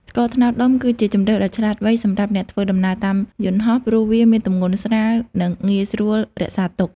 ស្ករត្នោតដុំគឺជាជម្រើសដ៏ឆ្លាតវៃសម្រាប់អ្នកធ្វើដំណើរតាមយន្តហោះ ព្រោះវាមានទម្ងន់ស្រាល និងងាយស្រួលរក្សាទុក។